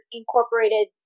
incorporated